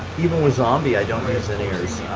even with zombie. i don't resent airs.